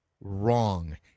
wrong